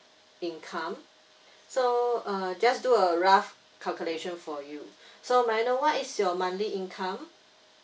income so uh just do a rough calculation for you so may I know what is your monthly income